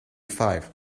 five